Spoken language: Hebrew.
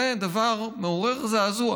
זה דבר מעורר זעזוע.